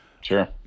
Sure